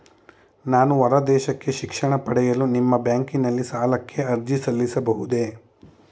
ನಾನು ಹೊರದೇಶಕ್ಕೆ ಶಿಕ್ಷಣ ಪಡೆಯಲು ನಿಮ್ಮ ಬ್ಯಾಂಕಿನಲ್ಲಿ ಸಾಲಕ್ಕೆ ಅರ್ಜಿ ಸಲ್ಲಿಸಬಹುದೇ?